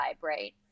right